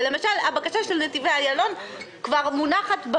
למשל הבקשה של נתיבי איילון מונחת כבר